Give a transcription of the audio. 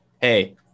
hey